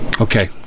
Okay